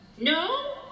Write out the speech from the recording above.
No